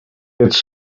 its